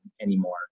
anymore